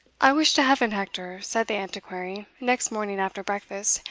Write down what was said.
i wish to heaven, hector, said the antiquary, next morning after breakfast,